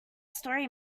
story